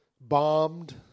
bombed